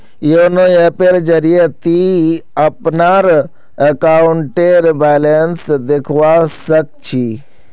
YONO ऐपेर जरिए ती अपनार अकाउंटेर बैलेंस देखवा सख छि